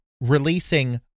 releasing